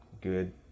good